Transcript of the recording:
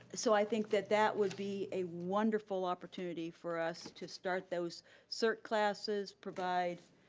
so i think that that would be a wonderful opportunity for us to start those cert classes, provide,